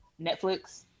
Netflix